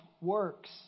works